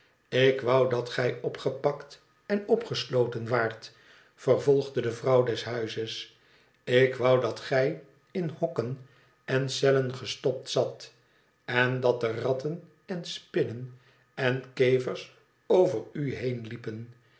lik wou dat gij opgepakt en opgesloten waart vervolgde de vrouw des huizes ik wou dat gij in hokken en cellen gestopt zat en dat de ratten en spmnen en kevers over u heen liepen